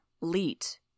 Leet